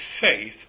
faith